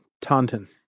Taunton